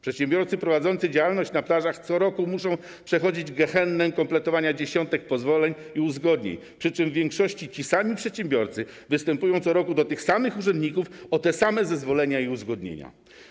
Przedsiębiorcy prowadzący działalność na plażach co roku muszą przechodzić gehennę kompletowania dziesiątek pozwoleń i uzgodnień, przy czym w większości ci sami przedsiębiorcy występują co roku do tych samych urzędników o te same zezwolenia i uzgodnienia.